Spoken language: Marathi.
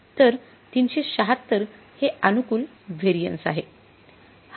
तर 376 हे अनुकूल व्हेरिएन्स आहे